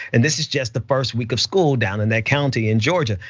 and this is just the first week of school down in that county in georgia.